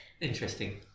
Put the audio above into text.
Interesting